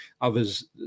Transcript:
others